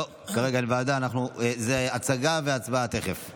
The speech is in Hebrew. לא, כרגע אין ועדה, זו הצגה ותכף הצבעה.